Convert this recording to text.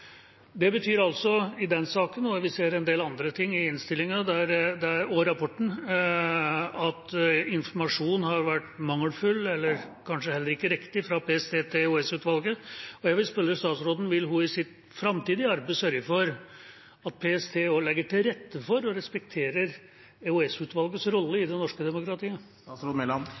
Det betyr i den saken – vi kan lese om en del andre ting også i innstillingen og i rapporten – at informasjonen fra PST til EOS-utvalget har vært mangelfull og kanskje heller ikke riktig. Jeg vil spørre statsråden: Vil hun i sitt framtidige arbeid sørge for at PST legger til rette for og respekterer EOS-utvalgets rolle i det norske demokratiet?